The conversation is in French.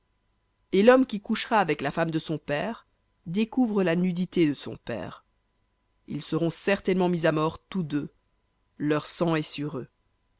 et l'homme qui couchera avec la femme de son père découvre la nudité de son père ils seront certainement mis à mort tous deux leur sang est sur eux